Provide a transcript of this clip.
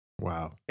Wow